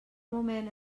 moment